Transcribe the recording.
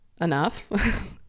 enough